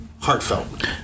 heartfelt